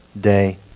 day